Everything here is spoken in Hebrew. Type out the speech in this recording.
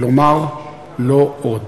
ולומר "לא עוד".